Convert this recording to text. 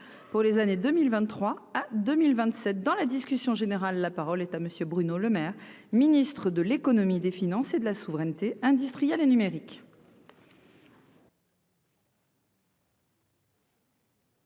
pour les années 2023 à 2027 dans la discussion générale, la parole est à monsieur Bruno Lemaire, ministre de l'Économie, des finances et de la souveraineté industrielle et numérique.